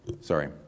Sorry